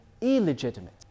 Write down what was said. illegitimate